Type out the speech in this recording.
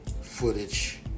Footage